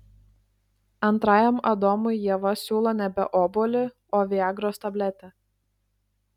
antrajam adomui ieva siūlo nebe obuolį o viagros tabletę